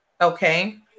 okay